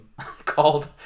called